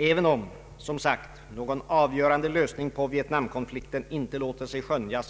Även om som sagt någon avgörande lösning på Vietnamkonflikten inte låter sig skönja